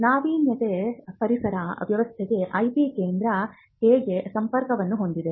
ನಾವೀನ್ಯತೆ ಪರಿಸರ ವ್ಯವಸ್ಥೆಗೆ ಐಪಿ ಕೇಂದ್ರ ಹೇಗೆ ಸಂಪರ್ಕವನ್ನು ಹೊಂದಿದೆ